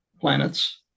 planets